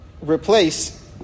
replace